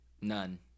none